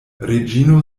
reĝino